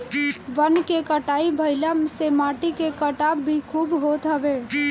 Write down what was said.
वन के कटाई भाइला से माटी के कटाव भी खूब होत हवे